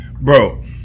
bro